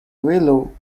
relu